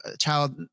child